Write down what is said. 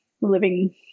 living